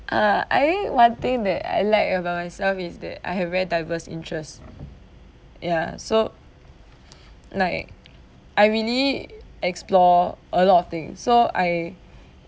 uh I think one thing that I like about myself is that I have very diverse interest ya so like I really explore a lot of thing so I